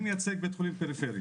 אני מייצג בית חולים פריפרי.